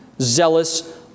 zealous